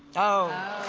oh.